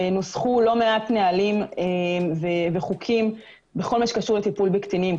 ונוסחו לא מעט נהלים וחוקים בכל הקשור לטיפול בקטינים.